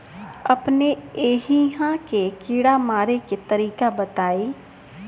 अपने एहिहा के कीड़ा मारे के तरीका बताई?